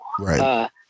Right